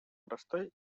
простой